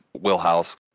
wheelhouse